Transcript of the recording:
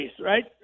right